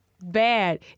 bad